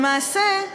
למעשה,